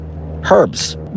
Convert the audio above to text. herbs